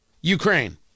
Ukraine